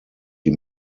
die